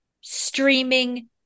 streaming